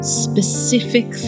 specific